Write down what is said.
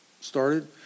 started